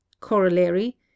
Corollary